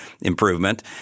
improvement